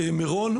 מירון,